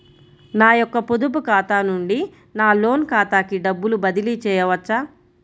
నా యొక్క పొదుపు ఖాతా నుండి నా లోన్ ఖాతాకి డబ్బులు బదిలీ చేయవచ్చా?